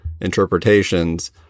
interpretations